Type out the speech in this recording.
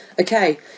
Okay